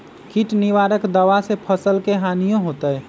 किट निवारक दावा से फसल के हानियों होतै?